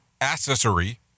Accessory